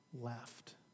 left